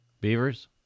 Beavers